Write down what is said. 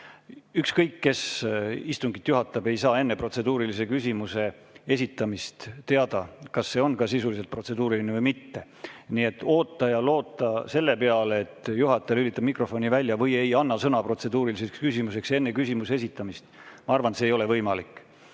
Ükskõik, kes istungit juhatab, te ei saa enne protseduurilise küsimuse esitamist teada, kas see on ka sisuliselt protseduuriline või mitte. Nii et loota selle peale, et juhataja lülitab mikrofoni välja või ei anna sõna protseduuriliseks küsimuseks enne küsimuse esitamist – ma arvan, et see ei ole võimalik.